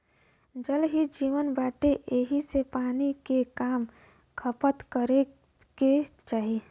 जल ही जीवन बाटे एही से पानी के कम खपत करे के चाही